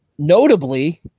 Notably